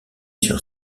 sur